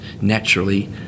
naturally